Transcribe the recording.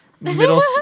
middle